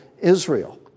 Israel